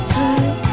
time